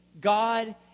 God